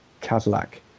Cadillac